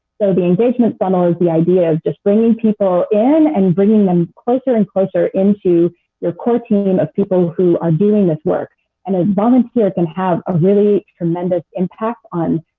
so the engagement funnel is the idea of just bringing people in and bringing them closer and closer into your core team and of people who are doing this work, and and volunteers can have a really tremendous impact on